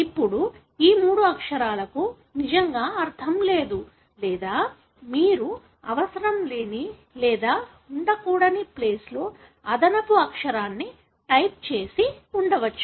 ఇప్పుడు ఈ మూడు అక్షరాలకు నిజంగా అర్థం లేదు లేదా మీరు అవసరం లేని లేదా ఉండకూడని ప్లేస్ లో అదనపు అక్షరాన్ని టైప్ చేసి ఉండవచ్చు